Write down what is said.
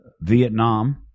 Vietnam